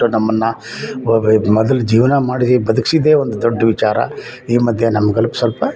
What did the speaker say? ನಮ್ಮನ್ನು ವ ಬೆ ಮೊದಲ ಜೀವನ ಮಾಡಿದೆ ಬದುಕ್ಸಿದ್ದೆ ಒಂದು ದೊಡ್ಡ ವಿಚಾರ ಈ ಮಧ್ಯೆ ನಮ್ಗೆ ಅಲ್ಪ ಸ್ವಲ್ಪ